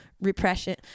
repression